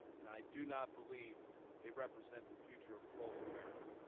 and i do not believe they represent the future of coal in america.